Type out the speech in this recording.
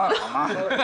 ממש לא.